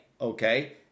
okay